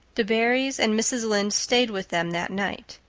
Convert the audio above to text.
the barrys and mrs. lynde stayed with them that night.